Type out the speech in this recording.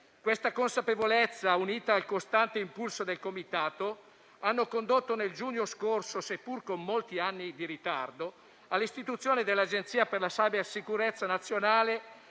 Questa consapevolezza, unita al costante impulso del Comitato, hanno condotto nel giugno scorso, seppur con molti anni di ritardo, all'istituzione dell'Agenzia per la cybersicurezza nazionale,